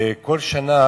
כל שנה,